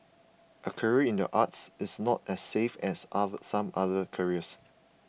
a career in the arts is not as safe as other some other careers